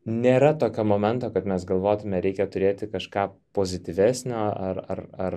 nėra tokio momento kad mes galvotume reikia turėti kažką pozityvesnio ar ar ar